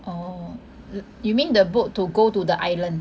oh you mean the boat to go to the island